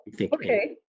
okay